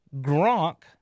Gronk